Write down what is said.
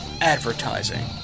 Advertising